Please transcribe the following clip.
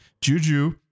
juju